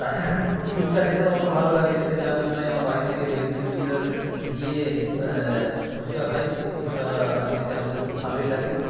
তাছাড়া ফুচকা খেতেও আমাকে ভালো লাগে সেটা আমি প্রায় আমার বাড়ি থেকে দেড় কিলোমিটার গিয়ে ফুচকা খাই ফুচকা খেতে আমাকে খুব ভালোই লাগে